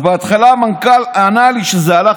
אז בהתחלה המנכ"ל ענה לי שזה עלה